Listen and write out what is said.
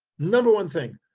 number one thing.